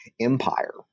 empire